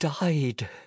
Died